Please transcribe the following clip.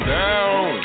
down